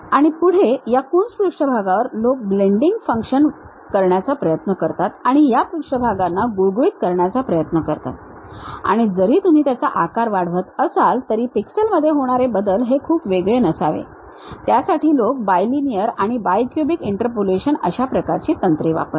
आणि पुढे या कून्स पृष्ठभागांवर लोक ब्लेंडींग करण्याचा प्रयत्न करतात आणि या पृष्ठभागांना गुळगुळीत करण्याचा प्रयत्न करतात आणि जरी तुम्ही त्याचा आकार वाढवत असाल तरी पिक्सेल मध्ये होणारे बदल हे खरोखर खूप वेगळे नसावे त्यासाठी लोक बायलिनिअर आणि बायक्युबिक इंटरपोलेशन अशा प्रकारची तंत्रे वापरतात